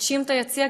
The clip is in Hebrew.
נוטשים את היציע.